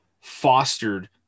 fostered